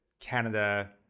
Canada